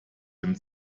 dem